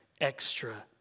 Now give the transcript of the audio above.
extra